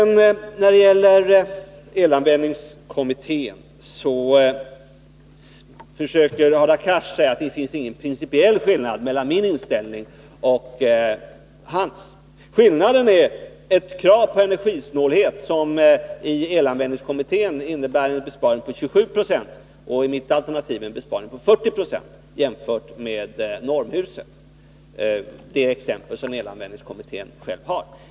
När det gäller elanvändningskommittén försöker Hadar Cars säga att det inte finns någon principiell skillnad mellan min inställning och hans. Skillnaden finns i kravet på energisnålhet, som i elanvändningskommittén innebär en besparing på 27 20 och i mitt alternativ en besparing på 40 90, jämfört med normhusen — det exempel som elanvändningskommittén själv har.